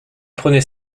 prenez